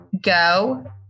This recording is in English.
go